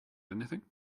anything